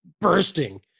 bursting